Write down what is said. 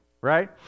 right